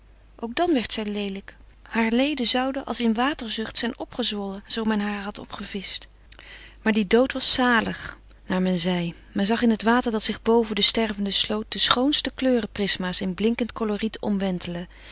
ook dan werd zij leelijk hare leden zouden als in waterzucht zijn opgezwollen zoo men haar had opgevischt maar die dood was zalig naar men zeide men zag in het water dat zich boven de stervende sloot de schoonste kleurenprisma's in blinkend coloriet omwentelen